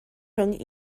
rhwng